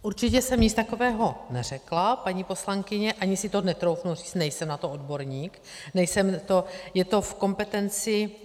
Určitě sem nic takového neřekla, paní poslankyně, ani si to netroufnu říct, nejsem na to odborník, je to v kompetenci...